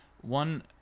one